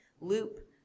Loop